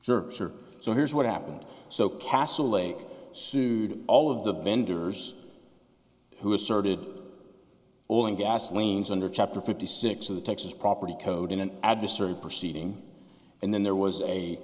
servicer so here's what happened so castle lake sued all of the vendors who asserted oil and gas lanes under chapter fifty six of the texas property code in an adversary proceeding and then there was a